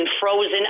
frozen